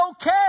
okay